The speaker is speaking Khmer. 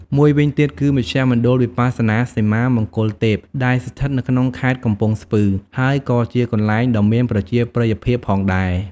មួយវិញទៀតគឺ មជ្ឈមណ្ឌលវិបស្សនាសីមា មង្គលទេព ដែលស្ថិតនៅក្នុងខេត្តកំពង់ស្ពឺ ហើយក៏ជាកន្លែងដ៏មានប្រជាប្រិយភាពផងដែរ។